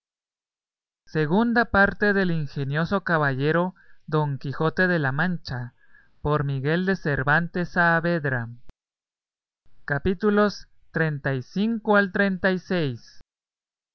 segunda parte del ingenioso caballero don quijote de la mancha por miguel de cervantes saavedra y no